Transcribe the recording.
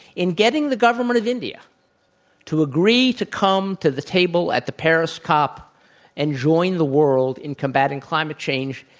in getting the government of india to agree to come to the table at the paris cop and join the world in combatting climate change.